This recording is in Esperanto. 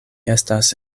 estas